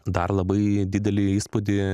dar labai didelį įspūdį